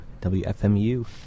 WFMU